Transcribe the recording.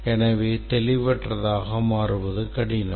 எனவே தெளிவற்றதாக மாறுவது கடினம்